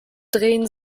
drehen